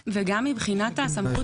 מגמה.